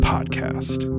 podcast